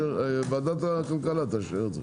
ועדת הכלכלה תאשר את זה.